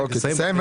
לסיים.